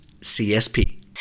CSP